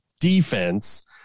defense